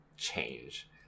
change